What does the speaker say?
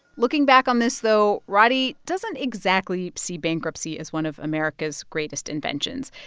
looking back on this, though, roddey doesn't exactly see bankruptcy as one of america's greatest inventions.